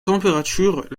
température